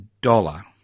dollar